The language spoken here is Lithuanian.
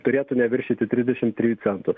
turėtų neviršyti trisdešim trijų centų